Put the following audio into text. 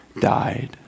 died